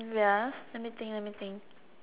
wait ah let me think let me think